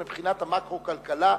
מבחינת המקרו-כלכלה,